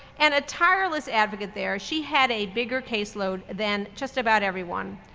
and a tireless advocate there, she had a bigger caseload than just about everyone.